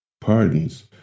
pardons